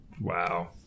wow